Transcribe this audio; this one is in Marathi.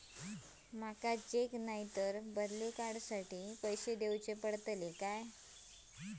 माका चेक नाय तर बदली कार्ड साठी पैसे दीवचे पडतले काय?